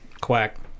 Quack